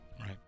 Right